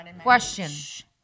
question